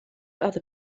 other